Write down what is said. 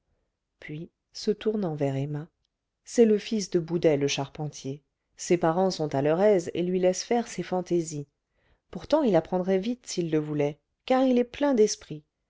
puis se tournant vers emma c'est le fils de boudet le charpentier ses parents sont à leur aise et lui laissent faire ses fantaisies pourtant il apprendrait vite s'il le voulait car il est plein d'esprit